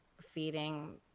feeding